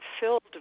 filled